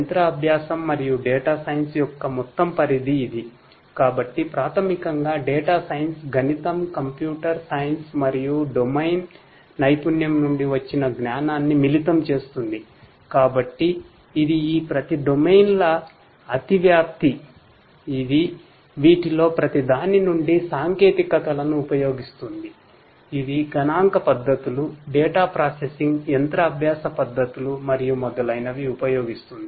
data యంత్ర అభ్యాస పద్ధతులు మరియు మొదలైనవి ఉపయోగిస్తుంది